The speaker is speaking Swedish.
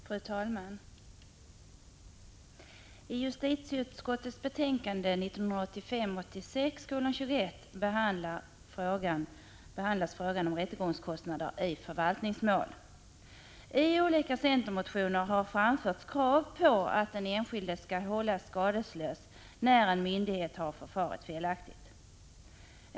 Fru talman! I justitieutskottets betänkande 1985/86:21 behandlas frågan om rättegångskostnader i förvaltningsmål. I olika centermotioner har framförts krav på att den enskilde skall hållas skadeslös när en myndighet har förfarit felaktigt.